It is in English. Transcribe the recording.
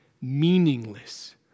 meaningless